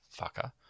fucker